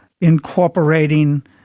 incorporating